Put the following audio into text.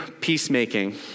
peacemaking